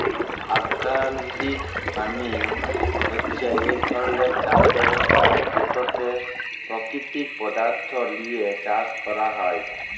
organic farming হছে ইক ধরলের চাষ ব্যবস্থা যেটতে পাকিতিক পদাথ্থ লিঁয়ে চাষ ক্যরা হ্যয়